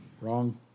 Wrong